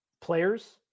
Players